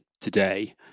today